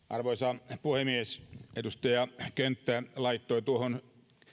arvoisa puhemies edustaja könttä laittoi tuohon